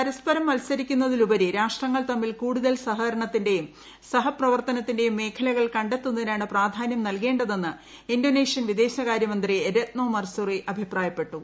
പരസ്പരം മൃത്സരിക്കുന്നതിലുപരി രാഷ്ട്രങ്ങൾ തമ്മിൽ കൂടുതൽ സഹകരണത്തിന്റെയും സഹപ്രവർത്തനത്തിന്റെയും മേഖലകൾ കത്തുന്നതിനാണ് പ്രപാധാന്യം നൽകേതെന്ന് ഇന്തോനേഷ്യൻ വിദേശകാര്യമന്ത്രി രത്നോ മർസുറി അഭിപ്രായപ്പെട്ടു